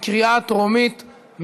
בקריאה טרומית.